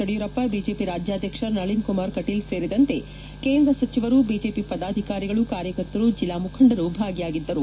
Yediyurappa BJP ರಾಜ್ಯಾದ್ಯಕ್ಷ ನಳೀನ್ ಕುಮಾರ್ ಕಟೀಲ್ ಸೇರಿದಂತೆ ಕೇಂದ್ರ ಸಚಿವರು ಬಿಜೆಪಿ ಪದಾಧಿಕಾರಿಗಳು ಕಾರ್ಯಕರ್ತರು ಜಿಲ್ಲಾ ಮುಖಂಡರು ಭಾಗಿಯಾಗಿದ್ದರು